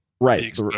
right